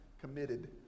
committed